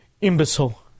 imbecile